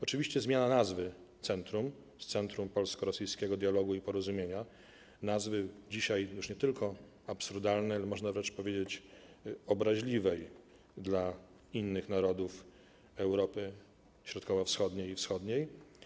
Oczywiście zmiana nazwy centrum z Centrum Polsko-Rosyjskiego Dialogu i Porozumienia - nazwy dzisiaj już nie tylko absurdalnej, ale można wręcz powiedzieć, że obraźliwej dla innych narodów Europy Środkowo-Wschodniej i Wschodniej.